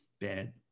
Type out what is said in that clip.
Bad